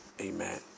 Amen